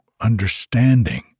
understanding